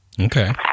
Okay